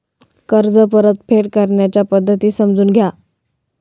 कर्ज परतफेड करण्याच्या पद्धती समजून सांगा